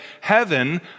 heaven